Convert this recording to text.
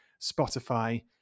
Spotify